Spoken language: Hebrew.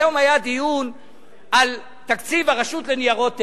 היום היה דיון על תקציב הרשות לניירות ערך.